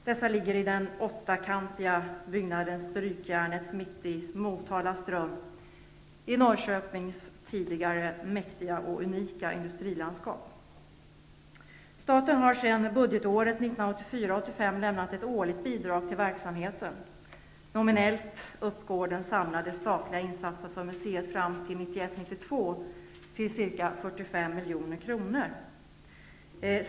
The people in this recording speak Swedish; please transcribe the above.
Dessa ligger i den åttakantiga byggnaden Strykjärnet mitt i Staten har sedan budgetåret 1984 92 till ca 45 milj.kr.